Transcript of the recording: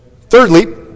Thirdly